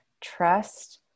trust